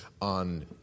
on